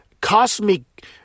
cosmic